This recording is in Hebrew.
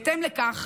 בהתאם לכך,